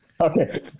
Okay